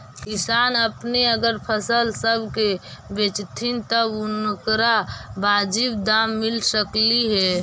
किसान अपने अगर फसल सब के बेचतथीन तब उनकरा बाजीब दाम मिल सकलई हे